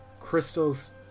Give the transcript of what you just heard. Crystals